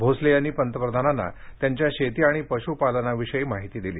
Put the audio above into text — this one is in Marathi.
भोसले यांनी पंतप्रधानांना त्यांच्या शेती आणि पश्पालनाविषयी माहिती दिली